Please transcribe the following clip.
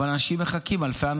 אבל אנשים מחכים.